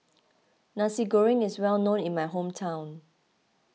Nasi Goreng is well known in my hometown